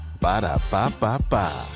Ba-da-ba-ba-ba